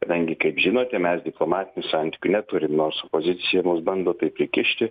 kadangi kaip žinote mes diplomatinių santykių neturim nors opozicija mums bando tai prikišti